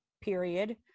period